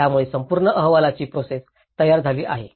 त्यामुळे संपूर्ण अहवालाची प्रोसेस तयार झाली आहे